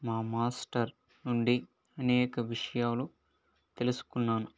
మా మాస్టర్ నుండి అనేక విషయాలను తెలుసుకున్నాను